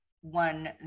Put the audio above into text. one